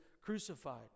crucified